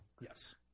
Yes